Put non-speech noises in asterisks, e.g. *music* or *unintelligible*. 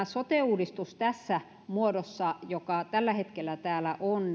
*unintelligible* sote uudistuksen varaan pelkästään tässä muodossa joka tällä hetkellä täällä on *unintelligible*